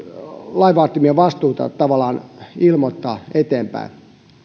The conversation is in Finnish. lain vaatimia vastuita tavallaan ilmoittaa eteenpäin